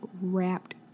wrapped